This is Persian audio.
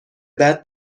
بعد